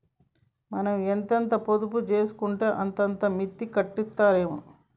మనం ఎంతెంత పొదుపు జేసుకుంటే అంతంత మిత్తి కట్టిత్తరాయె